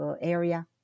area